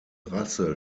rasse